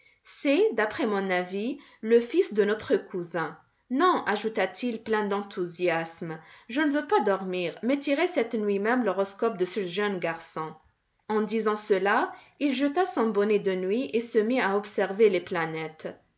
c'est d'après mon avis le fils de notre cousin non ajouta-t-il plein d'enthousiasme je ne veux pas dormir mais tirer cette nuit même l'horoscope de ce jeune garçon en disant cela il jeta son bonnet de nuit et se mit à observer les planètes